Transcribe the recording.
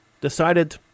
decided